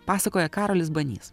pasakoja karolis banys